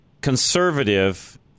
conservative